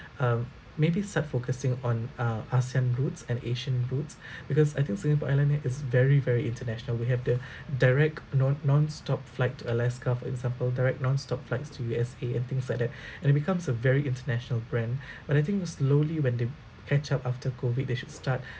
um maybe start focusing on uh ASEAN routes and asian routes because I think singapore airline map is very very international we have the direct non non-stop flight to alaska for example direct non-stop flights to U_S_A and things like that and it becomes a very international brand but I think slowly when they catch up after COVID they should start